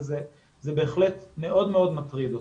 וזה בהחלט מאוד מטריד אותנו.